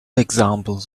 examples